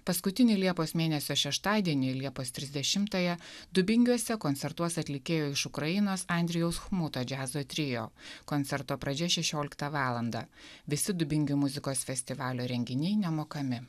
paskutinį liepos mėnesio šeštadienį liepos trisdešimtąją dubingiuose koncertuos atlikėjo iš ukrainos andrejaus chmuto džiazo trio koncerto pradžia šešioliktą valandą visi dubingių muzikos festivalio renginiai nemokami